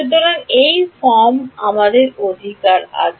সুতরাং এই ফর্মটিতে আমাদের অধিকার আছে